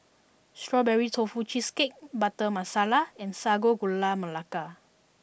Strawberry Tofu Cheesecake Butter Masala and Sago Gula Melaka